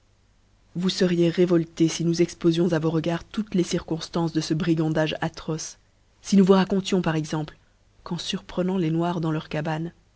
vous feriez révoltés fi nous expofions à vos regards toutes les circonftances de ce brigandage atroce fi nous vous racontions par exemple qu'en fitrlsrenant les noirs dans leurs cabanes